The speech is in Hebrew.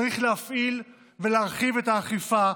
צריך להפעיל ולהרחיב את האכיפה,